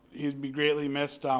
he'll be greatly missed. um